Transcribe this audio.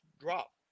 drop